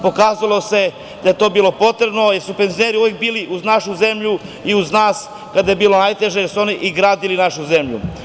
Pokazalo se da je to bilo potrebno jer su penzioneri uvek bili uz našu zemlju i uz nas kada je bilo najteže, oni su i gradili našu zemlju.